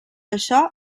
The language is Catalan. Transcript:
això